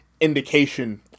indication